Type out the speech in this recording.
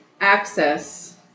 access